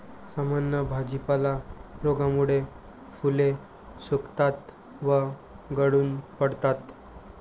सामान्य भाजीपाला रोगामुळे फुले सुकतात व गळून पडतात